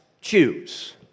choose